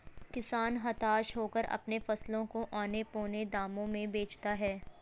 किसान हताश होकर अपने फसलों को औने पोने दाम में बेचता है